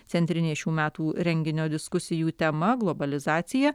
centrinė šių metų renginio diskusijų tema globalizacija